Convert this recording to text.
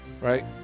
Right